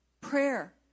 Prayer